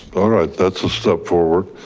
all right, that's a step forward.